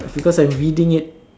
because I'm reading it